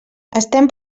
estem